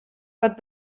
but